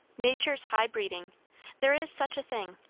nature's high breeding there is such a thing,